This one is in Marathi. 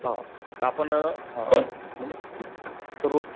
हां तर आपण हां मग रोज